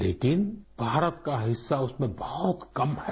लेकिन भारत का हिस्सा उसमें बहुत कम है